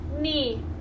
knee